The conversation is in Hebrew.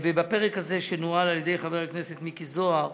הפרק הזה, שנוהל על-ידי חבר הכנסת מיקי זוהר,